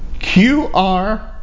QR